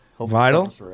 Vital